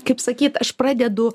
kaip sakyt aš pradedu